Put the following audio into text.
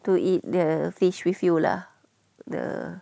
to eat the fish with you lah the